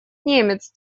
немец